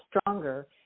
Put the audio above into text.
stronger